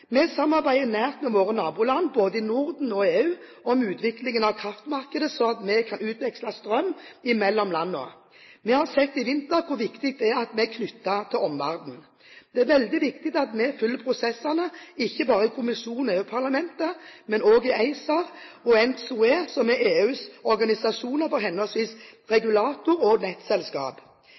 Vi samarbeider nært med våre naboland, både i Norden og i EU, om utvikling av kraftmarkedet slik at vi kan utveksle strøm mellom landene. Vi har sett i vinter hvor viktig det er at vi er knyttet til omverdenen. Det er veldig viktig at vi følger prosessene, ikke bare i kommisjonen og EU-parlamentet, men også i ACER og ENTSO-E, som er EUs organisasjoner for henholdsvis regulator og nettselskap.